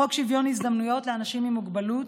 חוק שוויון הזדמנויות לאנשים עם מוגבלות,